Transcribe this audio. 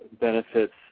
benefits